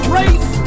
race